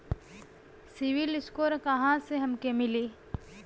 CIBIL score कहाँसे हमके मिली?